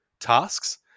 tasks